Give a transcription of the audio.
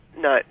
No